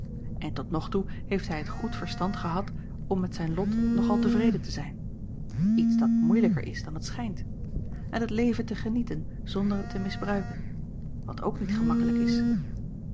en tot nog toe heeft hij het goed verstand gehad om met zijn lot nog al tevreden te zijn iets dat moeilijker is dan het schijnt en het leven te genieten zonder het te misbruiken wat ook niet gemakkelijk is